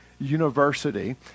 University